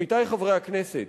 עמיתי חברי הכנסת,